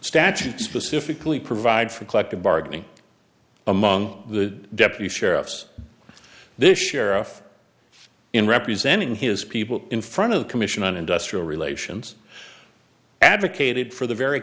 statute specifically provides for collective bargaining among the deputy sheriffs this sheriff in representing his people in front of the commission on industrial relations advocated for the very